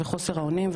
וחוסר האונים,